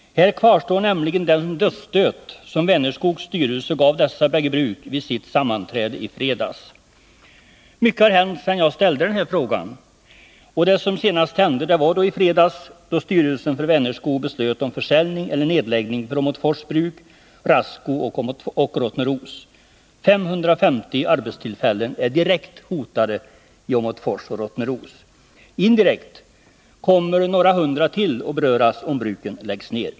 Här kvarstår nämligen den dödsstöt som Vänerskogs styrelse gav dessa båda bruk vid sitt sammanträde i fredags. Mycket har hänt sedan jag ställde frågan. Det som senast hände var att styrelsen för Vänerskog i fredags beslöt om försäljning eller nedläggning av Åmotfors bruk, Rasco och Rottneros. 550 arbetstillfällen är direkt hotade i Åmotfors och Rottneros. Indirekt kommer några hundra till att beröras om bruken läggs ner.